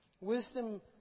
Wisdom